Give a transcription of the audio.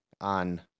on